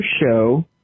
Show